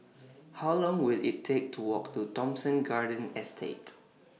How Long Will IT Take to Walk to Thomson Garden Estate